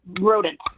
Rodent